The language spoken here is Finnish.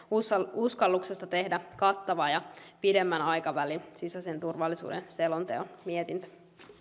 uskalluksesta tehdä kattava ja pidemmän aikavälin sisäisen turvallisuuden selonteon mietintö